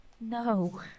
No